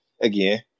again